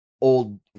old